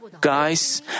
guys